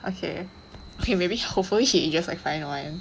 okay okay maybe hopefully he ages like fine wine